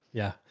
yeah,